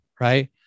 right